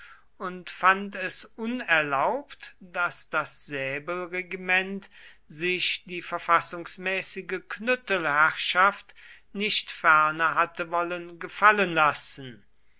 und fand es unerlaubt daß das säbelregiment sich die verfassungsmäßige knüttelherrschaft nicht ferner hatte wollen gefallen lassen